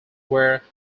were